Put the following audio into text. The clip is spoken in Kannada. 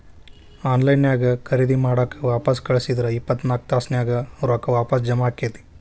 ಆನ್ ಲೈನ್ ನ್ಯಾಗ್ ಖರೇದಿ ಮಾಡಿದ್ ವಾಪಸ್ ಕಳ್ಸಿದ್ರ ಇಪ್ಪತ್ನಾಕ್ ತಾಸ್ನ್ಯಾಗ್ ರೊಕ್ಕಾ ವಾಪಸ್ ಜಾಮಾ ಆಕ್ಕೇತಿ